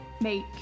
make